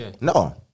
No